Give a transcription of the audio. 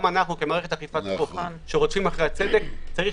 גם אנחנו כמערכת אכיפת החוק שרודפים אחרי הצדק יש